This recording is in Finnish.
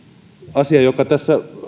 asia joka tässä